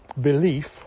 belief